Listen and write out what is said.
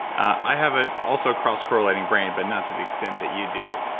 i have an also cross-correlating brain but not to the extent that you do.